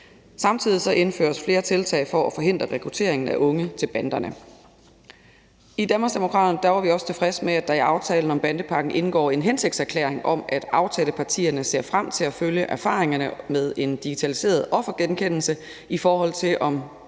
Samtidig indføres flere tiltag for at forhindre rekrutteringen af unge til banderne. I Danmarksdemokraterne var vi også tilfredse med, at der i aftalen om bandepakken indgår en hensigtserklæring om, at aftalepartierne ser frem til at følge erfaringerne med en digitaliseret offergenkendelse, i forhold til om